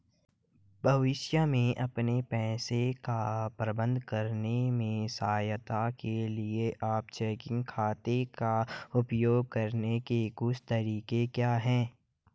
भविष्य में अपने पैसे का प्रबंधन करने में सहायता के लिए आप चेकिंग खाते का उपयोग करने के कुछ तरीके क्या हैं?